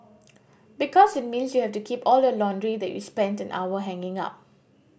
because it means you have to keep all your laundry that you spent an hour hanging up